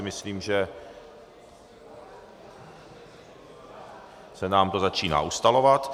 Myslím, že se nám to začíná ustalovat.